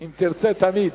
אם תרצה, תמיד.